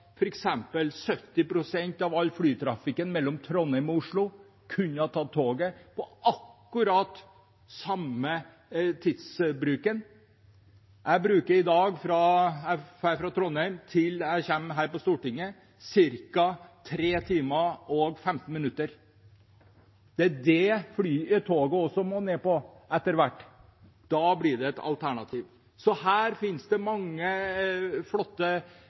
av all flytrafikken mellom Trondheim og Oslo kunne ha vært tatt med tog, med akkurat den samme tidsbruken. Fra jeg reiser fra Trondheim til jeg kommer her på Stortinget, bruker jeg ca. 3 timer og 15 minutter. Det er det som også toget må ned på etter hvert. Da blir det et alternativ. Det finnes mange flotte